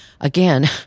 again